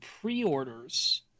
pre-orders